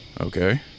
Okay